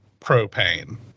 propane